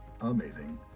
Amazing